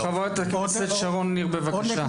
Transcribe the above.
חברת הכנסת שרון ניר, בבקשה.